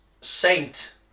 Saint